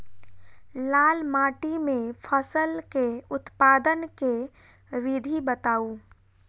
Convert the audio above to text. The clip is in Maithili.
लाल माटि मे फसल केँ उत्पादन केँ विधि बताऊ?